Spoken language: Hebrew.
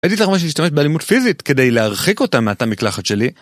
הייתי צריך ממש להשתמש באלימות פיזית כדי להרחיק אותה מהתא מקלחת שלי